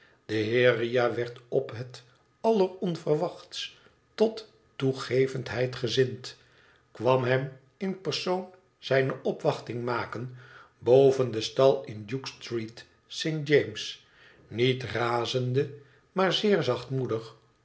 de heer riah werd op het alleronverwachtst tot toegevendheid gezind kwam hem in persoon zijne opwachting maken boven den stal in dukestreet st james niet razende maar zeer